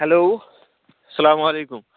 hello اسلام علیکُم